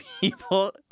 people